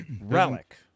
Relic